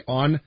on